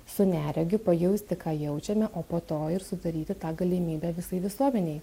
su neregiu pajausti ką jaučiame o po to ir sudaryti tą galimybę visai visuomenei